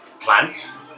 plants